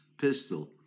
pistol